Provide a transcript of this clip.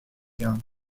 young